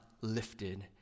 lifted